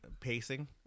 pacing